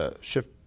shift